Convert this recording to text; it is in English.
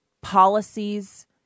policies